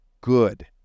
good